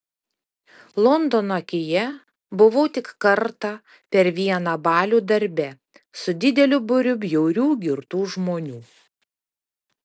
londono akyje buvau tik kartą per vieną balių darbe su dideliu būriu bjaurių girtų žmonių